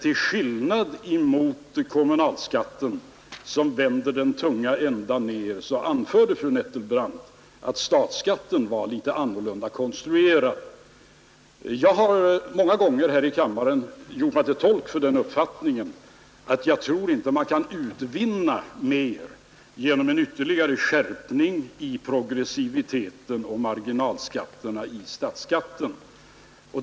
Fru Nettelbrandt framförde att statsskatten är något annorlunda konstruerad än kommunalskatten, som vänder den tunga ändan nedåt. Jag har många gånger i denna kammare gjort mig till talesman för den uppfattningen att man inte kan utvinna mer genom en ytterligare skärpning av progressiviteten och marginalskattesatserna inom statsskatten.